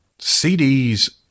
CDs